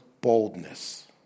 boldness